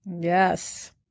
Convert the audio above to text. Yes